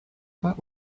pas